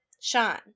Sean